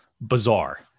bizarre